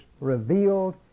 revealed